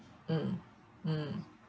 mm mm